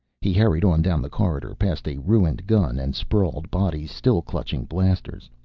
he hurried on down the corridor, past a ruined gun and sprawled bodies still clutching blasters.